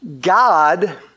God